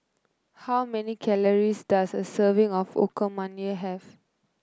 how many calories does a serving of Okonomiyaki have